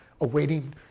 awaiting